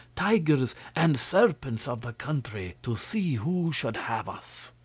tigers, and serpents of the country, to see who should have us.